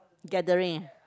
gathering